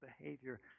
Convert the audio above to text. behavior